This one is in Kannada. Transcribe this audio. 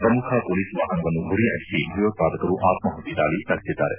ಪ್ರಮುಖ ಪೊಲೀಸ್ ವಾಹನವನ್ನು ಗುರಿಯಾಗಿಸಿ ಭೆಯೋತ್ಪಾದಕರು ಆತ್ಮಾಹುತಿ ದಾಳಿ ನಡೆಸಿದ್ದಾರೆ